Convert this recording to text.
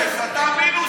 תיעלב,